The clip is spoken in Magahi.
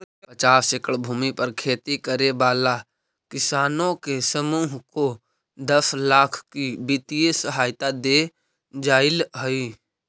पचास एकड़ भूमि पर खेती करे वाला किसानों के समूह को दस लाख की वित्तीय सहायता दे जाईल हई